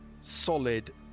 solid